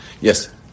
Yes